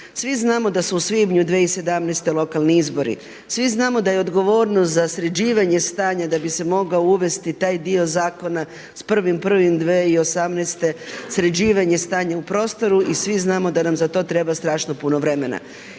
Svi znamo da su u svibnju 2017. lokalni izbori, svi znamo da je odgovornost za sređivanje stanja da bi se mogao uvesti taj dio zakona sa 1.1.2018. sređivanje stanja u prostoru i svi znamo da nam za to treba strašno puno vremena.